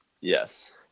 Yes